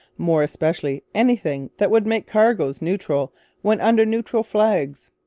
more especially anything that would make cargoes neutral when under neutral flags.